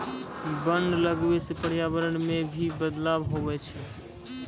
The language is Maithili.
वन लगबै से पर्यावरण मे भी बदलाव हुवै छै